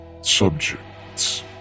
subjects